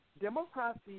Democracy